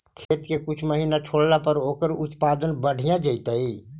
खेत के कुछ महिना छोड़ला पर ओकर उत्पादन बढ़िया जैतइ?